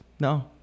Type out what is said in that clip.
no